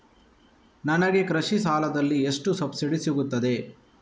ನನಗೆ ಕೃಷಿ ಸಾಲದಲ್ಲಿ ಎಷ್ಟು ಸಬ್ಸಿಡಿ ಸೀಗುತ್ತದೆ?